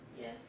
Yes